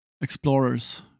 explorers